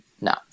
No